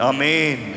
Amen